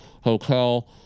hotel